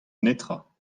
netra